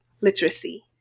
literacy